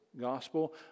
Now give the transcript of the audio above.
gospel